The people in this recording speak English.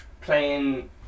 playing